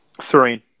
Serene